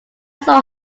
saw